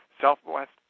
Southwest